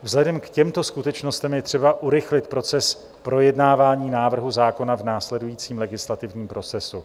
Vzhledem k těmto skutečnostem je třeba urychlit proces projednávání návrhu zákona v následujícím legislativním procesu.